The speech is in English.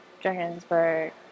Johannesburg